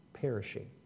perishing